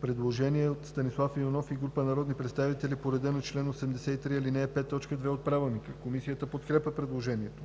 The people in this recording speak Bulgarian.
Предложение от Станислав Иванов и група народни представители по реда на чл. 83, ал. 5, т. 2 от Правилника. Комисията подкрепя предложението.